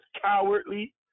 cowardly